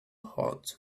hot